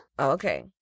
Okay